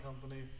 Company